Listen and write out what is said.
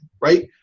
right